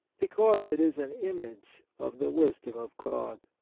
because it is an image of the wisdom of god.